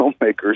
filmmakers